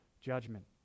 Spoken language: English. judgment